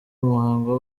umuhango